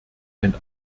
ein